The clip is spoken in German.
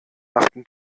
machten